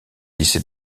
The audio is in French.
lycée